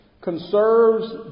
conserves